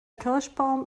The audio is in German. kirschbaum